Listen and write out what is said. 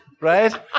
right